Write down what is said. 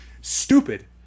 stupid